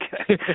Okay